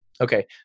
Okay